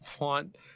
want